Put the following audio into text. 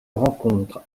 rencontre